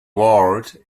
ward